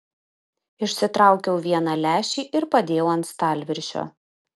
išsitraukiau vieną lęšį ir padėjau ant stalviršio